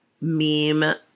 meme